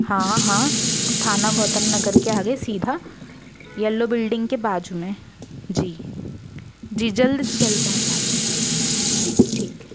हाँ हाँ थाना गौतम नगर के आगे सीधा येलो बिल्डिंग के बाजू में जी जी जल्द से जल्द पहुँचा दीजिए जी ठीक है